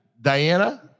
Diana